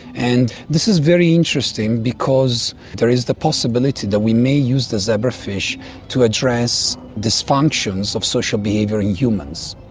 and this is very interesting because there is the possibility that we may use the zebrafish to address dysfunctions of social behaviour in humans.